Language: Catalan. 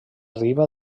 riba